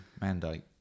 mandate